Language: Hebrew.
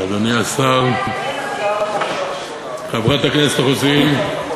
גברתי, אדוני השר, חברת הכנסת רוזין,